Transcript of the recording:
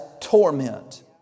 torment